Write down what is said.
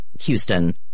Houston